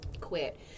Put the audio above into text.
quit